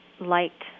liked